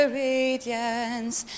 radiance